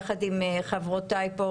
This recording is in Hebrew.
יחד עם חברותיי פה,